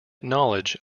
knowledge